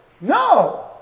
No